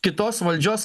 kitos valdžios